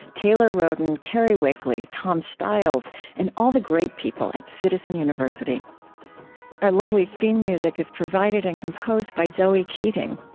taelore rhoden, cary wakeley, tom stiles and all the great people at citizen university our lovely theme music is provided and composed by zoe keating.